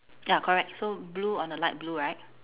ya correct so blue on a light blue right